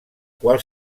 qual